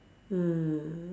mm